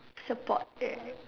support right